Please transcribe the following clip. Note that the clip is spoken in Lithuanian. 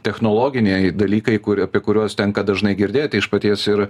technologiniai dalykai kur apie kuriuos tenka dažnai girdėti iš paties ir